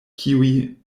kiuj